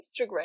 Instagram